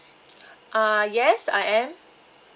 uh yes I am